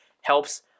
helps